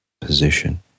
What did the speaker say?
position